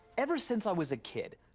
ever since i was a kid,